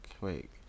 Wait